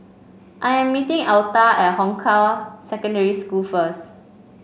I am meeting Alta at Hong Kah Secondary School first